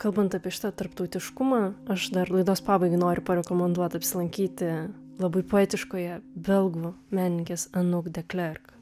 kalbant apie šitą tarptautiškumą aš dar laidos pabaigai noriu parekomenduot apsilankyti labai poetiškoje belgų menininkės anug de klerk